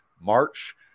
March